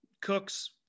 cooks